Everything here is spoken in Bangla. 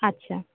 আচ্ছা